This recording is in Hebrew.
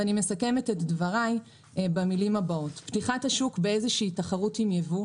אני מסכמת את דבריי במילים הבאות: "פתיחת השוק לאיזושהי תחרות עם יבוא,